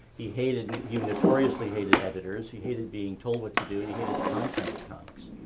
he hated and he notoriously hated editors. he hated being told what to do and he hated the content of comics.